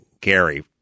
Gary